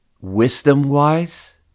wisdom-wise